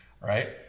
right